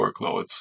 workloads